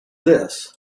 this